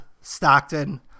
stockton